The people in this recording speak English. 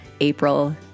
April